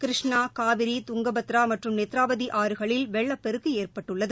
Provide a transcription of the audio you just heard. கிருஷ்ணா காவிரி துங்கபத்ரா மற்றும் நேத்ராவதி ஆறுகளில் வெள்ளப்பெருக்கு ஏற்பட்டுள்ளது